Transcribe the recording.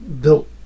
built